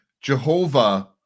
Jehovah